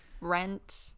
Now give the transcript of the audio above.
Rent